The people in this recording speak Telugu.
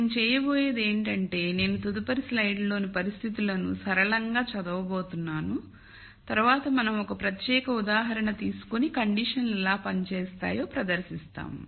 నేను చేయబోయేది ఏమిటంటే నేను తదుపరి స్లైడ్ లోని పరిస్థితులను సరళంగా చదవబోతున్నాను తరువాత మనం ఒక ప్రత్యేక ఉదాహరణ తీసుకొని కండిషన్ లు ఎలా పని చేస్తాయో ప్రదర్శిస్తాము